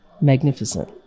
magnificent